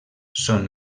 són